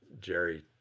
jerry